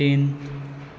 तीन